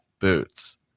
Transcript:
boots